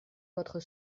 votre